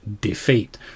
defeat